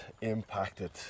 impacted